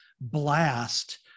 blast